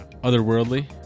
otherworldly